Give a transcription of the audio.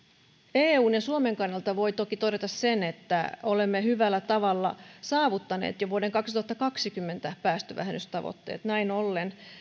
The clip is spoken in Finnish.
eun ja suomen kannalta voi toki todeta että olemme hyvällä tavalla jo saavuttaneet vuoden kaksituhattakaksikymmentä päästövähennystavoitteet näin ollen